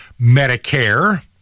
Medicare